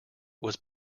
was